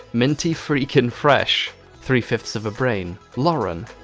minty freakin fresh three-fifths of a brain, lauren,